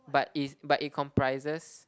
but is but it comprises